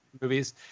movies